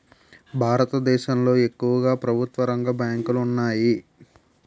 భారతదేశంలో ఎక్కువుగా ప్రభుత్వరంగ బ్యాంకులు ఉన్నాయి